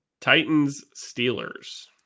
Titans-Steelers